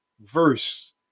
verse